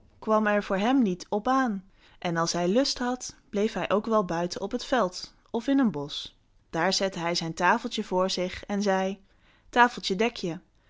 kwam er voor hem niet op aan en als hij lust had bleef hij ook wel buiten op het veld of in een bosch daar zette hij zijn tafeltje voor zich en zei tafeltje dek je